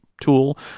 tool